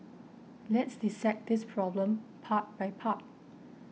let's dissect this problem part by part